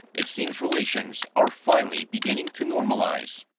it seems relations are finally beginning to normalize.